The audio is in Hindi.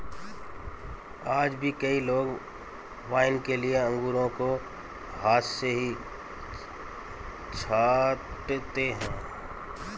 आज भी कई लोग वाइन के लिए अंगूरों को हाथ से ही छाँटते हैं